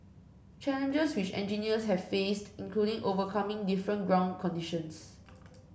challenges which engineers have faced include overcoming different ground conditions